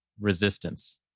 resistance